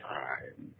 time